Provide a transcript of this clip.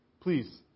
please